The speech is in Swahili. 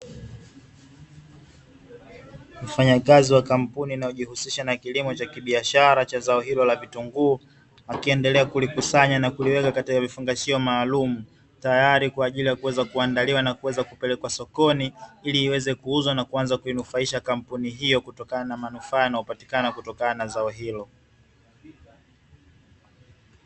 Wafanyakazi wa kampuni wanaojihusisha na kilimo cha biashara katika zao hilo la vitunguu wakivikusanya kuviweka katika vifungashio maalumu tayari kwa kuweza kuandaliwa na kupelekwa sokoni ili iweze kuuzwa na kuanza kunufaisha kampuni hiyo kutokana na manufaa yanayopatikana kutokana na zao hilo.